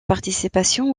participation